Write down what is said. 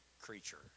creature